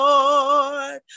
Lord